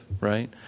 right